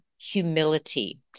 humility